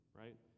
right